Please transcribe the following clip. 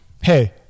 hey